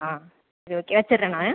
ஆ okay வச்சுடுறேன் நான்